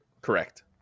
Correct